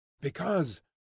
Because